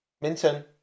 Minton